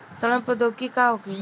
सड़न प्रधौगकी का होखे?